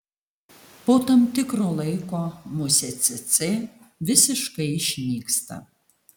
po tam tikro laiko musė cėcė visiškai išnyksta